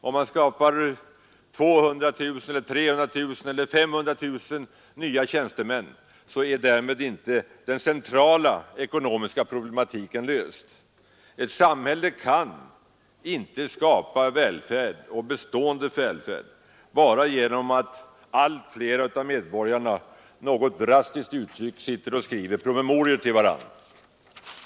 Om man skapar 200 000, 300 000 eller 500 000 nya tjänstemän är därmed inte det centrala ekonomiska problemet löst. Ett samhälle kan inte skapa bestående välfärd bara genom att låta allt flera medborgare, något drastiskt uttryckt, sitta och skriva promemorior till varandra.